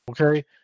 Okay